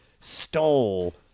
stole